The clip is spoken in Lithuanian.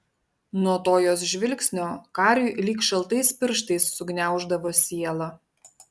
nuo to jos žvilgsnio kariui lyg šaltais pirštais sugniauždavo sielą